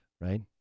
right